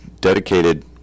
dedicated